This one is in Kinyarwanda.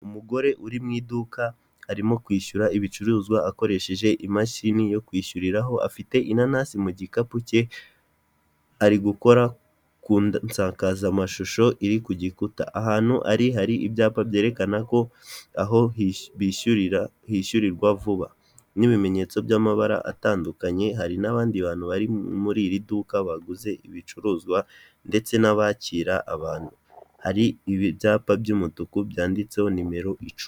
Umugore uri mu iduka arimo kwishyura ibicuruzwa akoresheje imashini yo kwishyuriraho afite inanasi mu gikapu cye ari gukora ku nsakazamashusho iri ku gikuta ahantu ari hari ibyapa byerekana ko aho bishyurira hishyurirwa vuba n'ibimenyetso by'amabara atandukanye hari n'abandi bantu bari muri iryo duka baguze ibicuruzwa ndetse n'abakira abantu hari ibyapa by'umutuku byanditseho nimero icumi.